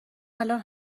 الان